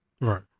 Right